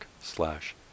slash